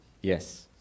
Yes